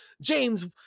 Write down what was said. James